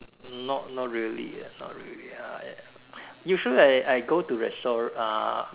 not not really not really I usually I I go to restaurant uh